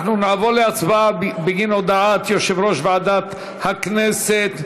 אנחנו נעבור להצבעה על הודעת יושב-ראש ועדת הכנסת.